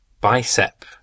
Bicep